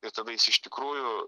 ir tada jis iš tikrųjų